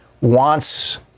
wants